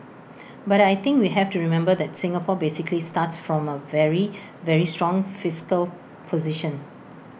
but I think we have to remember that Singapore basically starts from A very very strong fiscal position